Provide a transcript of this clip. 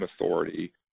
authority